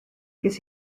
ces